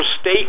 state